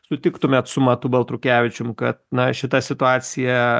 sutiktumėt su matu baltrukevičium kad na šita situacija